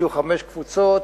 חמש קבוצות.